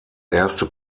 erste